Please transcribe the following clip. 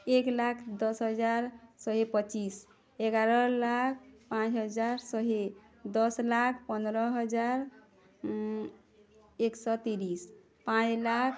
ଏକ ଲାଖ୍ ଦଶ୍ ହଜାର୍ ଶହେ ପଚିଶ୍ ଏଗାର ଲାଖ୍ ପାଞ୍ଚ୍ ହଜାର୍ ଶହେ ଦଶ୍ ଲାଖ୍ ପନ୍ଦର୍ ହଜାର୍ ଏକଶ ତିରିଶ୍ ପାଞ୍ଚ୍ ଲାଖ୍